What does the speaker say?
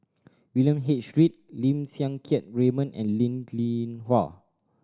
William H Read Lim Siang Keat Raymond and Linn In Hua